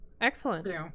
excellent